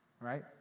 right